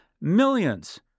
Millions